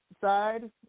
side